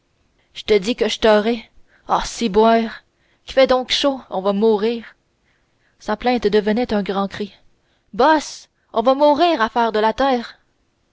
je te dis que le t'aurai ah ciboire qu'il fait donc chaud on va mourir sa plainte devenait un grand cri boss on va mourir à faire de la terre